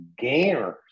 gamers